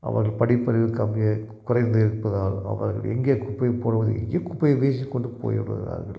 அவர்கள் படிப்பறிவு கம்மியாக இருக்கும் குறைந்தே இருப்பதால் அவர்கள் எங்கே குப்பை போடுவது இங்கேயோ குப்பையை வீசிக் கொண்டு போய் விடுகிறார்கள்